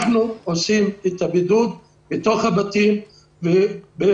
אנחנו עושים את הבידוד בתוך הבתים והמשטרה